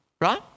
right